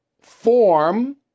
form